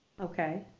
Okay